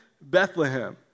Bethlehem